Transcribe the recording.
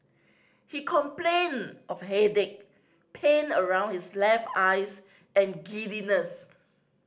he complained of headache pain around his left eyes and giddiness